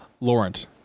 Lawrence